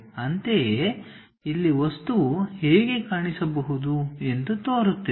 ಅಂತೆಯೇ ಇಲ್ಲಿ ವಸ್ತುವು ಹೇಗೆ ಕಾಣಿಸಬಹುದು ಎಂದು ತೋರುತ್ತಿದೆ